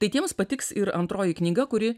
tai tiems patiks ir antroji knyga kuri